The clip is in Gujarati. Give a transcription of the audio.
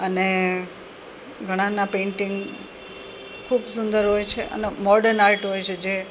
અને ઘણાંનાં પેન્ટિંગ ખૂબ સુંદર હોય છે અને મોડર્ન આર્ટ હોય છે જે